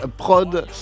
Prod